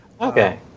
okay